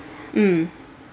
mm